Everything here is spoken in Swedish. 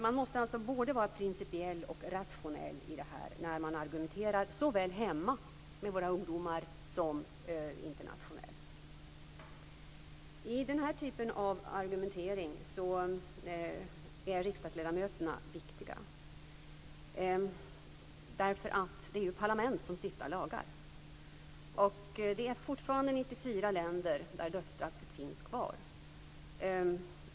Man måste alltså vara både principiell och rationell när man argumenterar i den här frågan, såväl hemma med våra ungdomar som internationellt. I den här typen av argumentering är riksdagsledamöterna viktiga. Det är ju parlament som stiftar lagar, och det finns fortfarande 94 länder där dödsstraffet finns kvar.